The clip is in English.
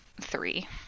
three